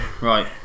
right